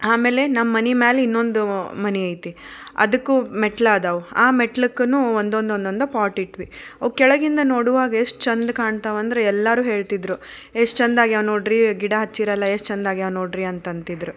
ಆಮೇಲೆ ನಮ್ಮ ಮನೆ ಮ್ಯಾಲ ಇನ್ನೊಂದು ಮನೆ ಐತೆ ಅದಕ್ಕೂ ಮೆಟ್ಟಿಲಾದವು ಆ ಮೆಟ್ಲಿಗೂನು ಒಂದೊಂದು ಒಂದೊಂದು ಪಾಟ್ ಇಟ್ವಿ ಅವು ಕೆಳಗಿಂದ ನೋಡುವಾಗ ಎಷ್ಟು ಚೆಂದ ಕಾಣ್ತಾವಂದ್ರೆ ಎಲ್ಲರೂ ಹೇಳ್ತಿದ್ದರು ಎಷ್ಟು ಚೆಂದ ಆಗ್ಯಾವ ನೋಡಿರಿ ಗಿಡ ಹಚ್ಚೀರಲ್ಲ ಎಷ್ಟು ಚೆಂದ ಆಗ್ಯಾವ ನೋಡಿರಿ ಅಂತ ಅಂತಿದ್ರು